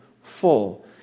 full